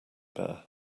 bear